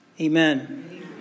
Amen